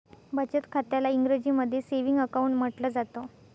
बचत खात्याला इंग्रजीमध्ये सेविंग अकाउंट म्हटलं जातं